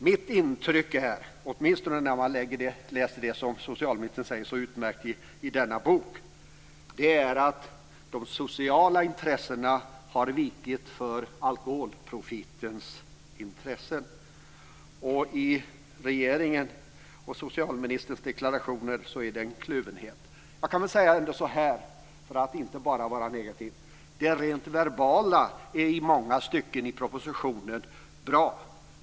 Mitt intryck är, åtminstone när jag läser det socialministern säger så utmärkt i boken, att de sociala intressena har fått vika för alkoholprofitens intressen. I regeringens och socialministerns deklarationer är det en kluvenhet. För att inte vara negativ kan jag säga att det rent verbala i propositionen i många stycken är bra.